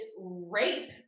rape